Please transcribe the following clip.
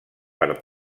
per